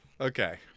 Okay